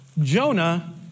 Jonah